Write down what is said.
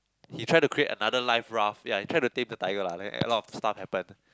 he try to create another life raft ya he try to tap the tiger lah then a lot of stuff happen